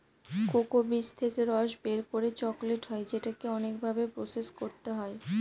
cocoa বীজ থেকে রস বের করে চকলেট হয় যেটাকে অনেক ভাবে প্রসেস করতে হয়